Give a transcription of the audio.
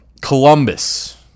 Columbus